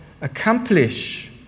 accomplish